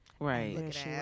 Right